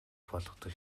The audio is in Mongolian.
болгодог